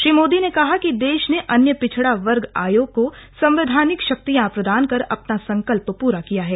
श्री मोदी ने कहा कि देश ने अन्य पिछड़ा वर्ग आयोग को संवैधानिक शक्तियां प्रदान कर अपना संकल्प पूरा किया है